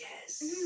Yes